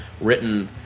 written